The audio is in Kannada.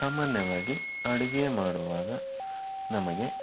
ಸಾಮಾನ್ಯವಾಗಿ ಅಡುಗೆ ಮಾಡುವಾಗ ನಮಗೆ